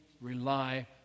rely